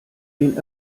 den